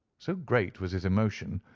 so great was his emotion,